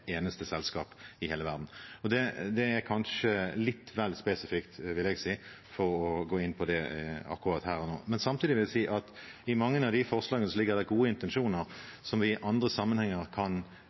eneste selskap i hele verden. Det er kanskje litt vel spesifikt, vil jeg si, for å gå inn på det akkurat her og nå. Samtidig vil jeg si at det i mange av forslagene som ligger der, er gode intensjoner som vi i andre sammenhenger godt kan